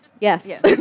yes